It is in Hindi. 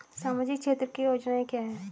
सामाजिक क्षेत्र की योजनाएं क्या हैं?